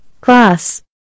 class